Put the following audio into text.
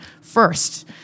first